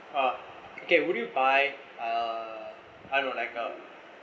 oh okay would you buy I don't know like a